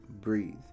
Breathe